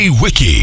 Wiki